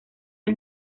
hay